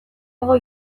dago